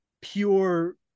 pure